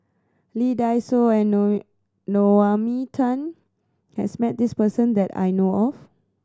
Lee Dai Soh and Tan has met this person that I know of